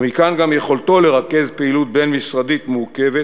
ומכאן גם יכולתו לרכז פעילות בין-משרדית מורכבת,